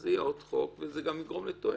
אז יהיה עוד חוק וזה גם יגרום לתועלת.